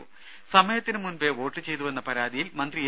ദേദ സമയത്തിന് മുൻപേ വോട്ട് ചെയ്തുവെന്ന പരാതിയിൽ മന്ത്രി എ